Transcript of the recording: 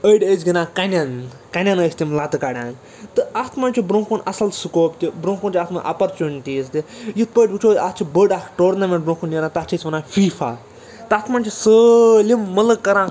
أڑۍ ٲسۍ گِنٛدان کَنٮ۪ن کَنٮ۪ن ٲسۍ تِم لَتہٕ کڈان تہٕ اَتھ منٛز چھِ برٛونٛہہ کُن اَصٕل سُکوپ تہِ برٛونٛہہ کُن چھِ اَتھ منٛز اَپَرچُنٹیٖز تہِ یِتھٕ پٲٹھۍ وُچھَو أسۍ اَتھ چھِ بٔڈ اَکھ ٹورنامٮ۪نٛٹ برٛونٛہہ کُن نیران تَتھ چھِ أسۍ وَنان فیٖفا تَتھ منٛز چھِ سٲلِم مُلُک کران